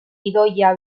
gidoia